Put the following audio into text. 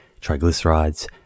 triglycerides